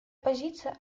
позиция